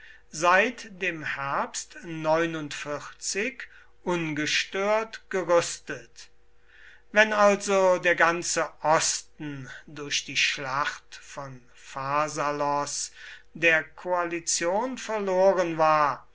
seit dem herbst ungestört gerüstet wenn also der ganze osten durch die schlacht von pharsalos der koalition verloren war